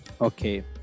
Okay